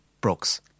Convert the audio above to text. Brooks